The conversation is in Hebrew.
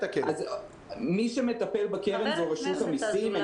מי שמטפל בקרן זו רשות המסים.